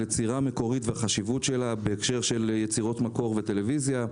יצירה מקורית והחשיבות שלה בהקשר של יצירות מקור וטלוויזיה.